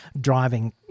driving